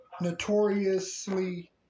notoriously